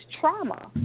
trauma